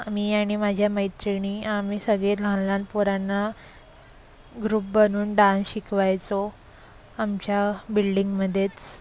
मी आणि माझ्या मैत्रिणी आम्ही सगळे लहान लहान पोरांना ग्रुप बनवून डांस शिकवायचो आमच्या बिल्डिंगमध्येच